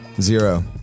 Zero